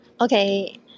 Okay